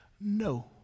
No